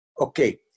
okay